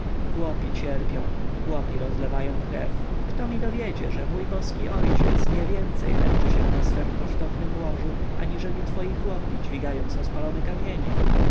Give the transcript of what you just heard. chłopi cierpią chłopi rozlewają krew kto mi dowiedzie że mój boski ojciec nie więcej męczy się na swem kosztownem łożu aniżeli twoi chłopi dźwigając rozpalone kamienie